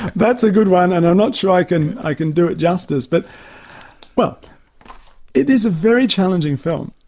that's a good one and i'm not sure i can i can do it justice. but but it is a very challenging film.